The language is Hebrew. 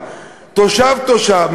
תושב-תושב,